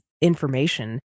information